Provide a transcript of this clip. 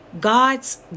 God's